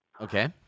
Okay